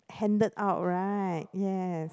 handed out right yes